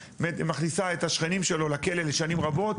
מכניסה את השכנים שלו לכלא לשנים רבות,